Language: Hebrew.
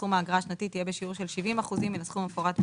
סכום האגרה השנתית יהיה בשיעור של 70% מן הסכום המפורט בהם,